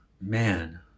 man